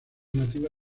nativa